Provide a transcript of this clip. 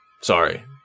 Sorry